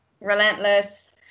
Relentless